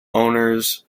owners